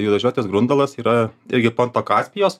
juodažiotis grundalas yra tai irgi ponto kaspijos